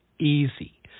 easy